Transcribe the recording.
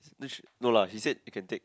no lah he said you can take